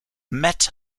met